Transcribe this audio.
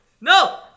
No